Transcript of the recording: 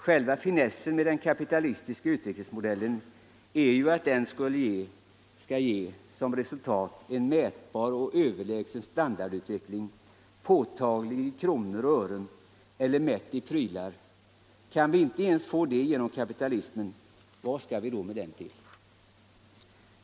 Själva finessen med den kapitalistiska utvecklingsmodellen är ju att den skall ge — eller skulle ge - som resultat en mätbar och överlägsen standardutveckling, påtaglig i kronor och ören, eHer mätt i prylar. Kan vi inte ens få det genom kapital'ismen - vad skall vi då med den till?